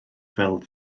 fel